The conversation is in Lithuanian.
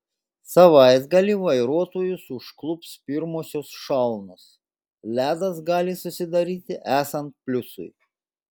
savaitgalį vairuotojus užklups pirmosios šalnos ledas gali susidaryti esant pliusui